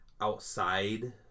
outside